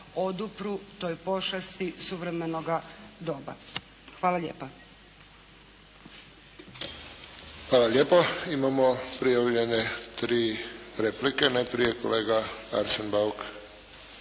odupru toj pošasti suvremenoga doba. Hvala lijepa. **Friščić, Josip (HSS)** Hvala lijepo. Imamo prijavljene tri replike. Najprije kolega Arsen Bauk.